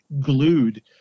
glued